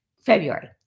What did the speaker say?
February